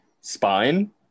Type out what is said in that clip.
spine